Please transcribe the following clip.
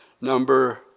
number